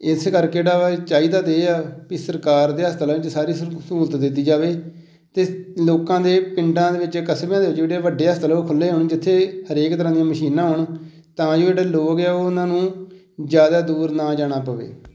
ਇਸ ਕਰਕੇ ਜਿਹੜਾ ਵਾ ਚਾਹੀਦਾ ਤਾਂ ਇਹ ਆ ਵੀ ਸਰਕਾਰ ਦੇ ਹਸਪਤਾਲਾਂ ਵਿੱਚ ਸਾਰੀ ਸਹੂ ਸਹੂਲਤ ਦਿੱਤੀ ਜਾਵੇ ਅਤੇ ਲੋਕਾਂ ਦੇ ਪਿੰਡਾਂ ਦੇ ਵਿੱਚ ਕਸਬਿਆਂ ਦੇ ਵਿੱਚ ਜਿਹੜੇ ਉਹ ਵੱਡੇ ਹਸਪਤਾਲ ਉਹ ਖੁੱਲ੍ਹੇ ਹੋਣ ਜਿੱਥੇ ਹਰੇਕ ਤਰ੍ਹਾਂ ਦੀਆਂ ਮਸ਼ੀਨਾਂ ਹੋਣ ਤਾਂ ਜਿਹੜੇ ਲੋਕ ਆ ਉਹ ਉਹਨਾਂ ਨੂੰ ਜ਼ਿਆਦਾ ਦੂਰ ਨਾ ਜਾਣਾ ਪਵੇ